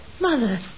Mother